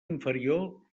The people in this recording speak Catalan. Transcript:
inferior